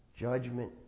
judgment